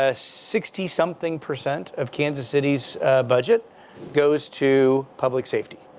ah sixty something percent of kansas city's budget goes to public safety.